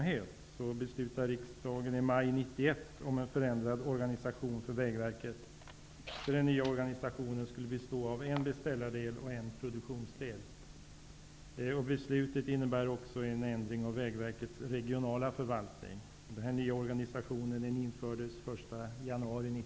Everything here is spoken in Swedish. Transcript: Här finns heller inga reservationer.